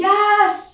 Yes